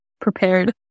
prepared